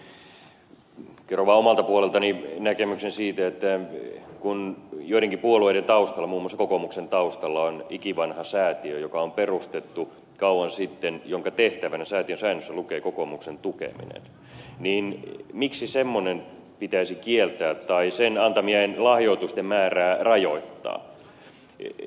kerron vain omalta puoleltani näkemyksen siitä että kun joidenkin puolueiden taustalla muun muassa kokoomuksen taustalla on ikivanha säätiö joka on perustettu kauan sitten ja jonka tehtävänä säätiön säännöissä lukee kokoomuksen tukeminen niin miksi semmoinen pitäisi kieltää tai sen antamien lahjoitusten määrää rajoittaa